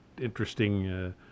interesting